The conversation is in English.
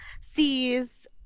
sees